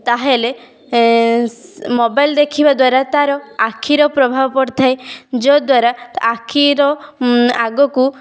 ତାହେଲେ ସ ମୋବାଇଲ ଦେଖିବା ଦ୍ବାରା ତାହାର ଆଖିର ପ୍ରଭାବ ପଡ଼ିଥାଏ ଯଦ୍ବାରା ଆଖିର ଆଗକୁ